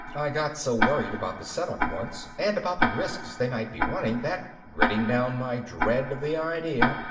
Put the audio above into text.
i got so worried about the set up once and about the risks they might be running that, gritting down my dread of the idea,